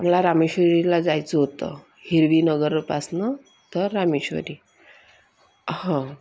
मला रामेश्वरीला जायचं होतं हिरवीनगरपासून तर रामेश्वरी हां